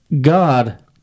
God